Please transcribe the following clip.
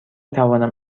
توانم